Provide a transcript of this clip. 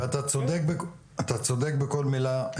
אתה צודק בכל מילה,